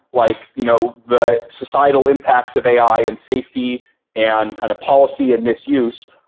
like you know the societal impacts of ai and safety and kind of policy and misuse,